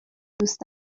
دوست